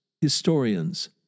historians